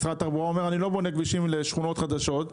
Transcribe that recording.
משרד התחבורה אומר: אני לא בונה כבישים לשכונות חדשות.